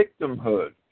victimhood